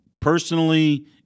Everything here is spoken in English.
personally